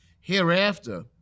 Hereafter